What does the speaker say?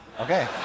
Okay